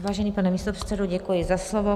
Vážený pane místopředsedo, děkuji za slovo.